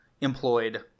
employed